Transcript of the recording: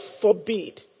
forbid